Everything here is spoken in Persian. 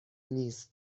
نیست